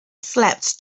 slept